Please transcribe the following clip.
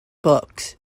books